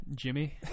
Jimmy